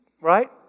right